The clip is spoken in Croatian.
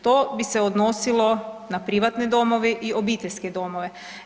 To bi se odnosilo na privatne domove i obiteljske domove.